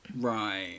right